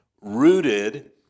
Rooted